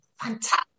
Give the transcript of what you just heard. fantastic